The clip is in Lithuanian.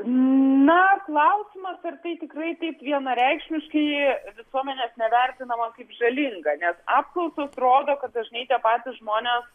na klausimas ar tai tikrai taip vienareikšmiai visuomenės nevertinama kaip žalinga nes apklausos rodo kad dažnai tie patys žmonės